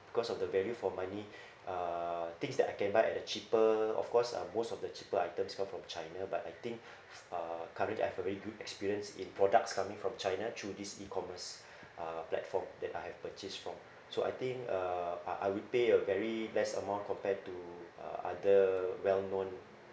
because of the value for money uh things that I can buy the cheaper of course uh most of the cheaper items come from china but I think uh currently I have a very good experience in products coming from china through this E_commerce uh platform that I have purchased from so I think uh I I would pay a very less amount compared to uh other well known